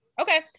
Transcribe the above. Okay